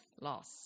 loss